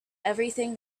everything